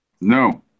No